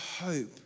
hope